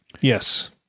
Yes